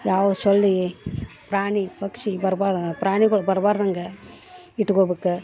ಯಾವ ಸೊಳ್ಳೆ ಪ್ರಾಣಿ ಪಕ್ಷಿ ಬರ್ಬಾರ್ದ್ ಪ್ರಾಣಿಗಳು ಬರಬಾರ್ದಂಗ ಇಟ್ಕೊಬೇಕು